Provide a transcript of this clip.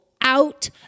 out